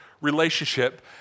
relationship